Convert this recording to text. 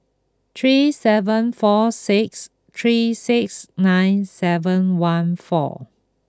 three seven four six three six nine seven one four